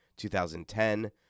2010